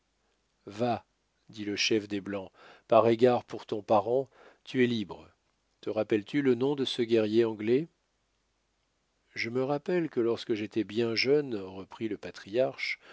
dit le chef des blancs par égard pour ton parent tu es libre te rappelles-tu le nom de ce guerrier anglais je me rappelle que lorsque j'étais bien jeune reprit le patriarche